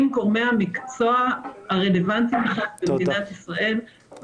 עם גורמי המקצוע הרלוונטיים במדינת ישראל.